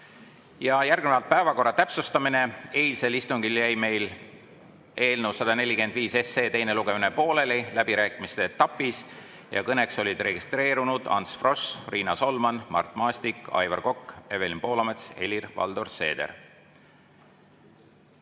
Järgnevalt päevakorra täpsustamine. Eilsel istungil jäi meil eelnõu 145 teine lugemine pooleli läbirääkimiste etapis. Kõneks olid registreerunud Ants Frosch, Riina Solman, Mart Maastik, Aivar Kokk, Evelin Poolamets ja Helir-Valdor Seeder.